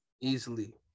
Easily